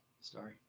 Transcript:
Sorry